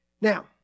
Now